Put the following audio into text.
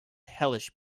hellish